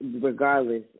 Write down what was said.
regardless